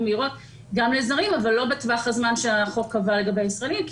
מהירות גם לזרים אבל לא בטווח הזמן שהחוק קבע לגבי ישראלים,